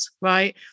right